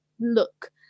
look